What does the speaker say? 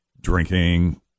drinking